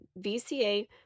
VCA